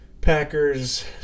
Packers